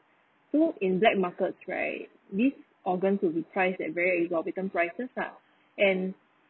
so in black markets right these organs would be priced at very exorbitant organ prices lah and